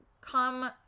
come